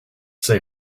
say